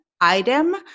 item